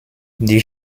die